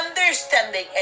understanding